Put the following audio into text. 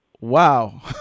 Wow